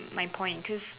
my point just